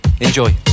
Enjoy